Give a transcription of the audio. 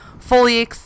fully